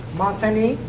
montagny,